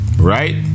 right